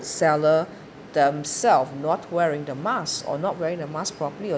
seller themselves not wearing the mask or not wearing a mask properly